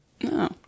No